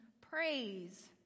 praise